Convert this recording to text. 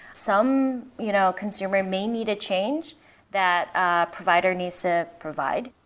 some you know consumer may need a change that a provider needs to provide.